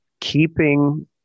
keeping